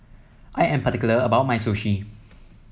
I am particular about my Sushi